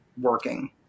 working